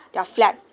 their flat